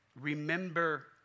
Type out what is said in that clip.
Remember